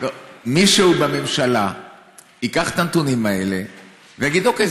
שמישהו בממשלה ייקח את הנתונים האלה ויגיד: אוקיי,